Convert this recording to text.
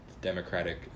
Democratic